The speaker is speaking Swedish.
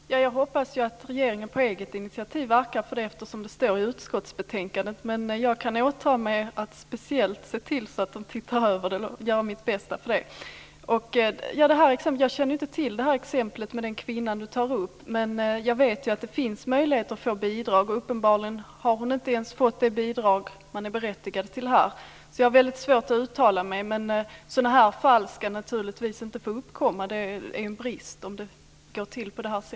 Fru talman! Jag hoppas att regeringen på eget initiativ verkar för detta. Det står i utskottsbetänkandet. Men jag kan åta mig att speciellt göra mitt bästa för att se till att regeringen ska se över frågan. Jag känner inte till exemplet med denna kvinna. Men jag vet att det finns möjligheter att få bidrag. Uppenbarligen har hon inte ens fått det bidrag man är berättigad till. Jag har svårt att uttala mig, men sådana fall ska inte få uppkomma. Det är en brist om det går till så.